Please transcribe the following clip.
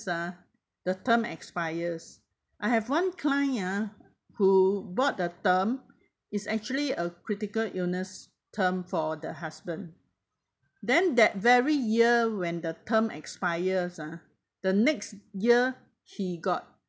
ah the terms expires I have one client ah who bought the term is actually a critical illness term for the husband then that very year when the term expires ah the next year he got